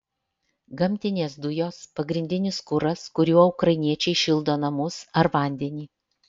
gamtinės dujos pagrindinis kuras kuriuo ukrainiečiai šildo namus ar vandenį